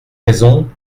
raisons